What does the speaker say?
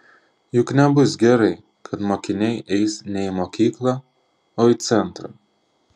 juk nebus gerai kad mokiniai eis ne į mokyklą o į centrą